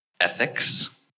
Ethics